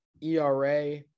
ERA